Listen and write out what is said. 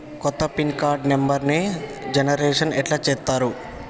కొత్త PIN card నెంబర్ని generation ఎట్లా చేత్తరు?